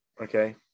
okay